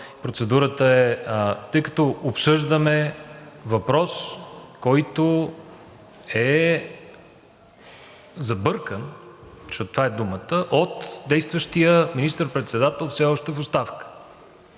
Председател – тъй като обсъждаме въпрос, който е забъркан, защото това е думата, от действащия министър-председател все още в оставка,